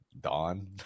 dawn